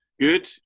Good